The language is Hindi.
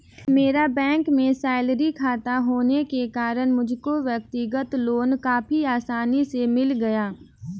मेरा बैंक में सैलरी खाता होने के कारण मुझको व्यक्तिगत लोन काफी आसानी से मिल गया